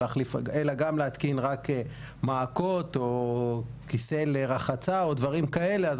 אלא גם להתקין של מעקות או כיסא לרחצה ודברים דומים,